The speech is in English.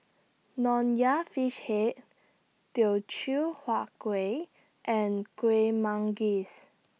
Nonya Fish Head Teochew Huat Kueh and Kueh Manggis